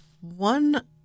one